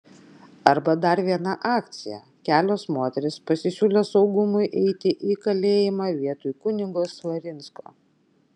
arba dar viena akcija kelios moterys pasisiūlė saugumui eiti į kalėjimą vietoj kunigo svarinsko